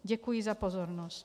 Děkuji za pozornost.